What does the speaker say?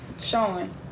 showing